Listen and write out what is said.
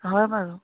হয় বাৰু